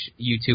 YouTube